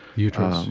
uterus.